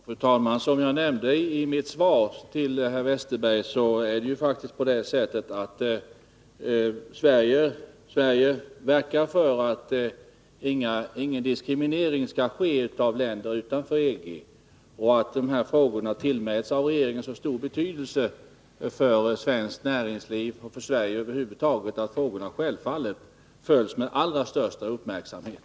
Fru talman! Som jag nämnde i mitt svar till Per Westerberg är det faktiskt så att Sverige verkar för att ingen diskriminering skall ske av länder utanför EG. Det är självfallet att regeringen tillmäter dessa frågor stor betydelse för svenskt näringsliv och för Sverige över huvud taget, och frågorna följs med allra största uppmärksamhet.